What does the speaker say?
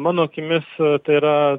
mano akimis tai yra